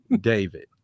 David